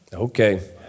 Okay